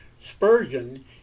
Spurgeon